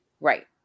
Right